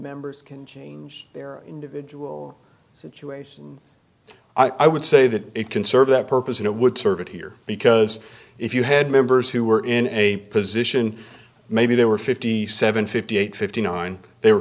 members can change their individual situation i would say that it can serve that purpose and it would serve it here because if you had members who were in a position maybe they were fifty seven fifty eight fifty nine they were